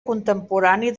contemporani